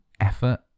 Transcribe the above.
effort